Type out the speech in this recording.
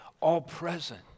all-present